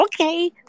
okay